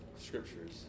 scriptures